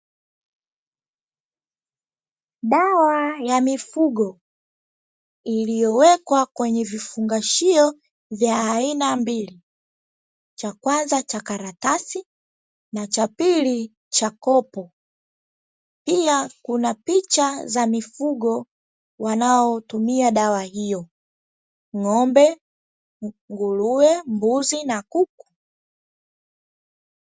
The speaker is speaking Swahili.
Dawa ya mifugo iliyowekwa kwenye vifungashio vya aina mbili, cha kwanza cha karatasi na chapili cha kopo, pia kuna picha ya mifugo wanaotumia dawa hiyo, ng'ombe, nguruwe, mbuzi na kuku.